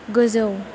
गोजौ